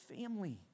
family